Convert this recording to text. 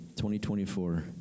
2024